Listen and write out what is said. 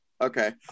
Okay